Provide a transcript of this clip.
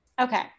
Okay